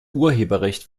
urheberrecht